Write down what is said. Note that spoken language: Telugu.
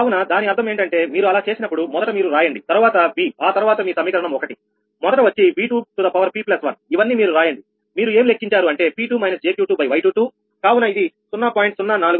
కావున దాని అర్థం ఏంటంటే మీరు అలా చేసినప్పుడు మొదట మీరు రాయండి తరువాత V ఆ తర్వాత మీ సమీకరణం 1మొదట వచ్చి V2p1 ఇవన్నీ మీరు రాయండి మీరు ఏమి లెక్కించారు అంటే P2 jQ2Y22కావున ఇది 0